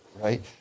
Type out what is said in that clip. right